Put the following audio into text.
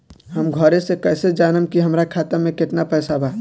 हम घरे से कैसे जानम की हमरा खाता मे केतना पैसा बा?